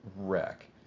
wreck